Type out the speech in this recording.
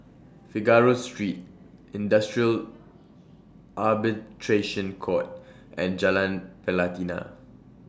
Figaro Street Industrial Arbitration Court and Jalan Pelatina